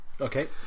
Okay